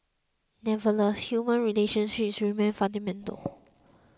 nevertheless human relationships remain fundamental